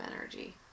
energy